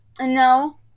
No